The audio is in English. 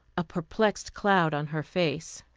a perplexed cloud on her face.